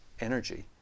energy